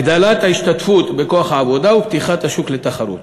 הגדלת ההשתתפות בכוח העבודה ופתיחת השוק לתחרות.